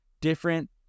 different